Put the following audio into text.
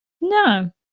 No